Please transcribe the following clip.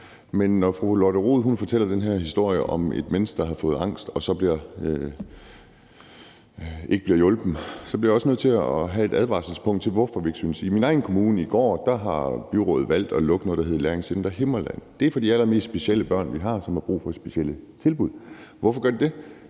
Men når fru Lotte Rod fortæller den her historie om et menneske, der har fået angst og så ikke bliver hjulpet, bliver jeg også nødt til at forklare, hvorfor vi ikke støtter det. I min egen kommune har byrådet i går valgt at lukke noget, der hedder Læringscenter Himmerland. Det er for de allermest specielle børn, vi har, og som har brug for specielle tilbud. Hvorfor gør man det?